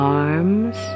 arms